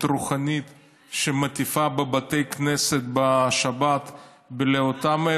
רוחנית שמטיפה בבתי כנסת בשבת לאותם,